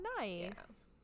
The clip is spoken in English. nice